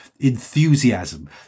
enthusiasm